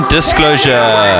Disclosure